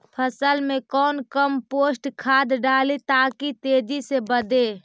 फसल मे कौन कम्पोस्ट खाद डाली ताकि तेजी से बदे?